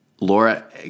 Laura